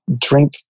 drink